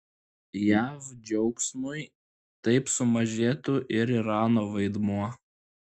jav džiaugsmui taip sumažėtų ir irano vaidmuo